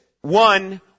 one